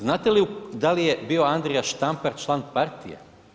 Znate li da li je bio Andrija Štampar član partije?